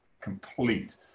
complete